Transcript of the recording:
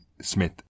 Smith